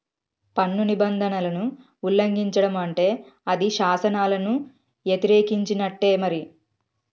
పన్ను నిబంధనలను ఉల్లంఘిచడం అంటే అది శాసనాలను యతిరేకించినట్టే మరి